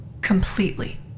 Completely